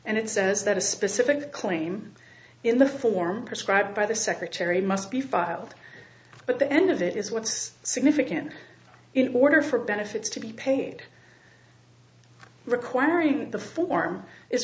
and it says that a specific claim in the form described by the secretary must be filed but the end of it is what's significant in order for benefits to be paid requiring the form i